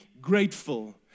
grateful